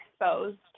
exposed